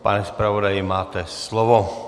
Pane zpravodaji, máte slovo.